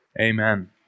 Amen